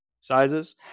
sizes